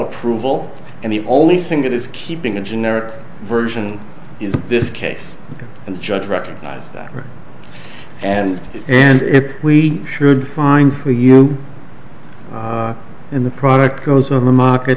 approval and the only thing that is keeping a generic version is this case and the judge recognized that and and if we should find for you in the product goes on the market